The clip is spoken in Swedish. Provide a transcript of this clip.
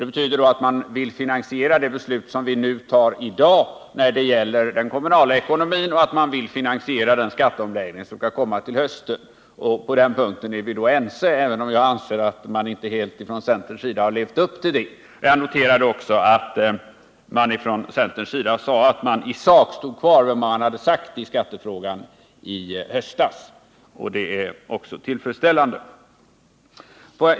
Det betyder att man vill finansiera de utgifter som dagens beslut innebär i fråga om den kommunala ekonomin och den skatteomläggning som skall komma till hösten. På den punkten är vi ense, även om jag anser att centern inte helt har levt upp till detta. Jag noterar också att man från centerhåll har sagt att man i sak står kvar vid vad man uttalat i skattefrågan i höstas, och det är också tillfredsställande.